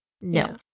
No